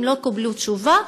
הם לא קיבלו תשובה.